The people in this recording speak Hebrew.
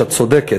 את צודקת.